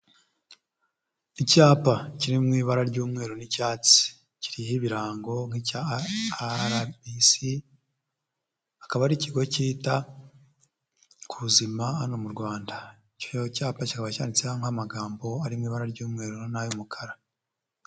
Icyapa kiri mu ibara ry'umweru n'icyatsi, kiriho ibirango nk'icya RBC, akaba ari ikigo cyita ku buzima hano mu Rwanda, icyo cyapa kikaba cyanditse nk'amagambo arimo ibara ry'umweru n'ay'umukara.